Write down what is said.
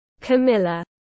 Camilla